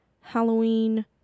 Halloween